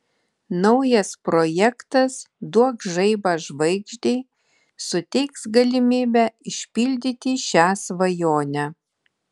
naujas projektas duok žaibą žvaigždei suteiks galimybę išpildyti šią svajonę